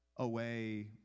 away